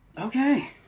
Okay